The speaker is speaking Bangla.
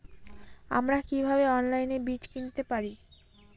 আমরা কীভাবে অনলাইনে বীজ কিনতে পারি?